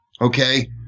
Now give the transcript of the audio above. okay